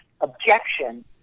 objection